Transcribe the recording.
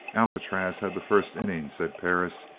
alcatraz had the first innings, said perris.